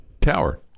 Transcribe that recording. Tower